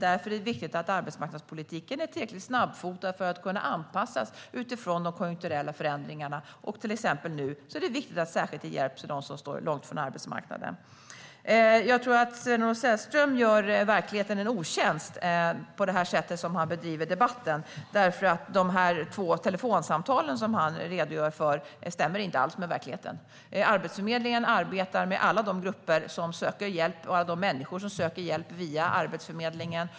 Därför är det viktigt att arbetsmarknadspolitiken är tillräckligt snabbfotad för att kunna anpassas till de konjunkturella förändringarna. Exempelvis nu är det viktigt att ge hjälp särskilt till dem som står långt från arbetsmarknaden. Jag tror att Sven-Olof Sällström gör verkligheten en otjänst genom det sätt som han bedriver debatten. De två telefonsamtal som han redogör för stämmer nämligen inte alls med verkligheten. Arbetsförmedlingen arbetar med alla människor och grupper av människor som söker hjälp via Arbetsförmedlingen.